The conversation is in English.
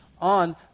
on